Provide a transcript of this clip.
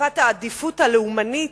מפת העדיפות הלאומנית,